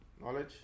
Knowledge